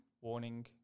warning